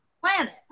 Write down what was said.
planet